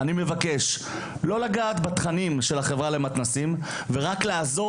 לכן אני מבקש שלא לגעת בתכנים של החברה למתנ"סים אלא רק לסייע